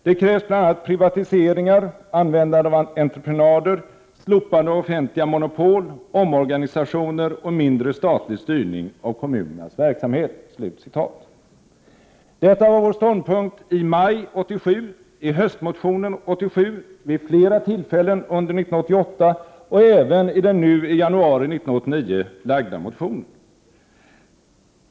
Det krävs bl.a. privatiseringar, användande av entreprenader, slopande av offentliga monopol, omorganisationer och mindre statlig styrning av kommunernas verksamhet.” Detta var vår ståndpunkt i maj 1987, i höstmotionen 1987, vid flera tillfällen under 1988 och även i den i januari 1989 väckta motionen.